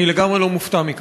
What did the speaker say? אני לגמרי לא מופתע מכך.